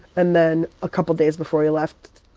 and then a couple days before we left,